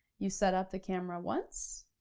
you set up the camera once,